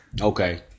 Okay